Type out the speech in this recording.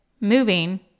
moving